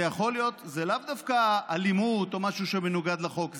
זה לאו דווקא אלימות או משהו שמנוגד לחוק,